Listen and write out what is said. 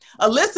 Alyssa